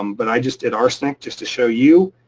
um but i just did arsenic just to show you.